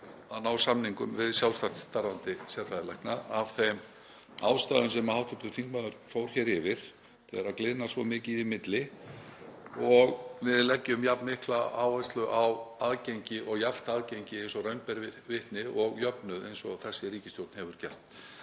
að ná samningum við sjálfstætt starfandi sérfræðilækna af þeim ástæðum sem hv. þingmaður fór hér yfir, þegar gliðnar svo mikið í milli, og við leggjum jafn mikla áherslu á aðgengi og jafnt aðgengi eins og raun ber vitni og jöfnuð eins og þessi ríkisstjórn hefur gert.